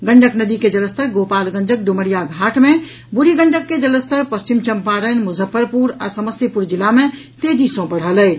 गंडक नदी के जलस्तर गोपालगंजक डुमरिया घाट मे बूढ़ी गंडक के जलस्तर पश्चिम चम्पारण मुजफ्फरपुर आ समस्तीपुर जिला मे तेजी सँ बढ़ल अछि